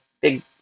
big